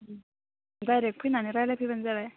direct फैनानै रायज्लायफैबानो जाबाय